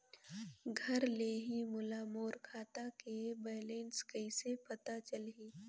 घर ले ही मोला मोर खाता के बैलेंस कइसे पता चलही?